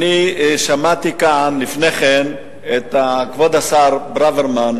אני שמעתי כאן לפני כן את כבוד השר ברוורמן,